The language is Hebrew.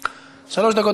נוכח,